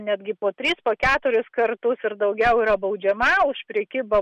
netgi po tris po keturis kartus ir daugiau yra baudžiama už prekybą